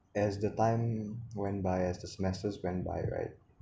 as the time went by as the semesters went by right